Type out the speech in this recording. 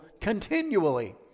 continually